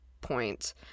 point